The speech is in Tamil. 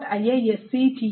iisctagmail